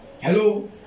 hello